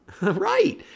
Right